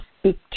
speak